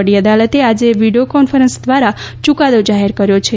વડી અદાલતે આજે વીડિયો કોન્ફરન્સ દ્વારા યૂકાદો જાહેર કર્યો છે